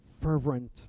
fervent